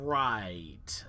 right